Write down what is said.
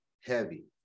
heavy